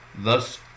Thus